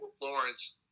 Lawrence